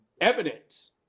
evidence